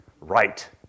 right